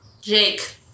Jake